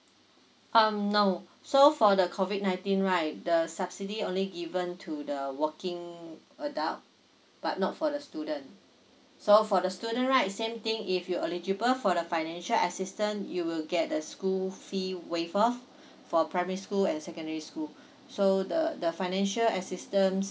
um no so for the COVID nineteen right the subsidy only given to the working adult but not for the student so for the student right same thing if you eligible for the financial assistant you will get the school fee waived off for primary school and secondary school so the the financial assistance